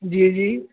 جی جی